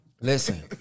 Listen